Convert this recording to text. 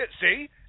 See